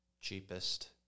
cheapest